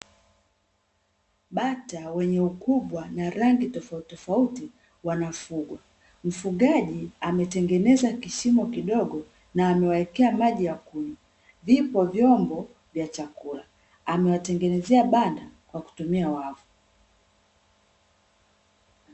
Bata wenye ukubwa na rangi tofauti tofauti wanafugwa, mfugaji ametengeneza kishimo kidogo na amwawekea maji ya kunywa, vipo vyombo vya chakula; amewatengenezea banda la chakula.